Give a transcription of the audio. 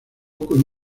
con